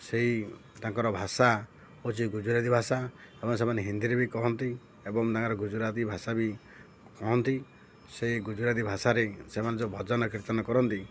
ସେଇ ତାଙ୍କର ଭାଷା ହେଉଛି ଗୁଜୁରାତୀ ଭାଷା ଏବଂ ସେମାନେ ହିନ୍ଦୀରେ ବି କହନ୍ତି ଏବଂ ତାଙ୍କର ଗୁଜୁରାତୀ ଭାଷା ବି କହନ୍ତି ସେଇ ଗୁଜୁରାତୀ ଭାଷାରେ ସେମାନେ ଯେଉଁ ଭଜନ କୀର୍ତ୍ତନ କରନ୍ତି